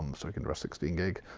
um so you can dress sixteen gig,